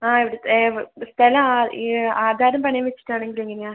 ആ സ്ഥലം ഈ ആധാരം പണയം വെച്ചിട്ടാണെങ്കിൽ എങ്ങനെയാണ്